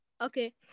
Okay